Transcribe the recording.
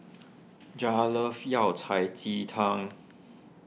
Jared loves Yao Cai Ji Tang